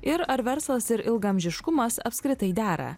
ir ar verslas ir ilgaamžiškumas apskritai dera